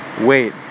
wait